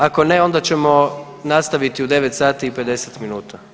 Ako ne onda ćemo nastaviti u 9 sati i 50 minuta.